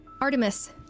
Artemis